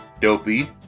Dopey